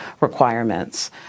requirements